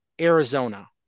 Arizona